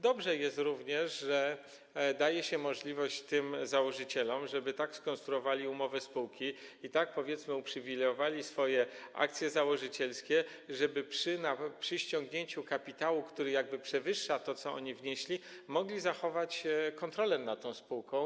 Dobrze jest również, że daje się możliwość założycielom, żeby tak skonstruowali umowy spółki i tak uprzywilejowali swoje akcje założycielskie, by przy ściągnięciu kapitału, który przewyższa to, co oni wnieśli, mogli zachować kontrolę nad tą spółką.